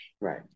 Right